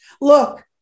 look